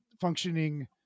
functioning